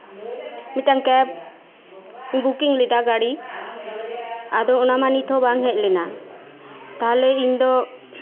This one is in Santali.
ᱢᱤᱫᱴᱟᱱ ᱠᱮᱵ ᱵᱩᱠᱤᱝ ᱞᱮᱫᱟ ᱜᱟᱹᱰᱤ ᱟᱫᱚ ᱚᱱᱟ ᱢᱟ ᱱᱤᱛ ᱦᱚᱸ ᱵᱟᱝ ᱦᱮᱡ ᱞᱮᱱᱟ ᱛᱟᱦᱞᱮ ᱤᱧ ᱫᱚ